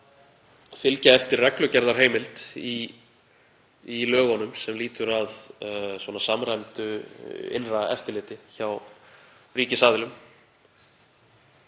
fylgja eftir reglugerðarheimild í lögunum sem lýtur að samræmdu innra eftirliti hjá ríkisaðilum.